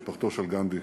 משפחתו של גנדי,